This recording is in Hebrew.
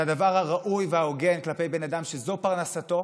זה הדבר הראוי וההוגן כלפי בן אדם שזו פרנסתו,